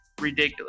ridiculous